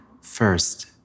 first